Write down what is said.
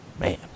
Man